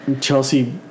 Chelsea